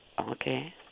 Okay